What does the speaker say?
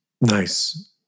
Nice